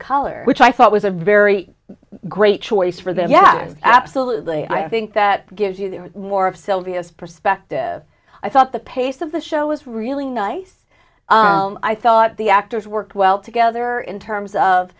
color which i thought was a very great choice for them yes absolutely i think that gives you more of sylvia's perspective i thought the pace of the show was really nice i thought the actors work well together in terms of